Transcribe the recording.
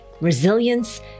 resilience